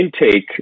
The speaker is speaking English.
intake